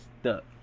stuck